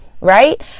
right